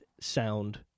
sound